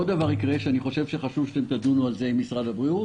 שאני חושב שחשוב שתדונו על זה עם משרד הבריאות,